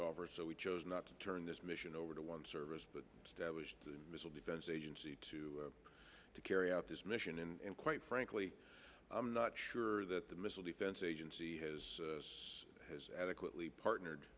to offer so we chose not to turn this mission over to one service but a missile defense agency to carry out this mission and quite frankly i'm not sure that the missile defense agency is this has adequately partner